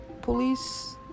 police